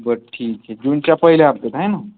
बरं ठीक आहे जूनच्या पहिल्या हप्त्यात आहे ना